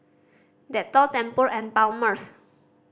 Dettol Tempur and Palmer's